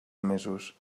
mesos